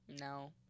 no